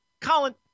Colin